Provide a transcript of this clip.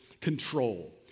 control